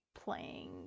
playing